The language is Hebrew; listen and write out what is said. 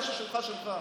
מה ששלך שלך.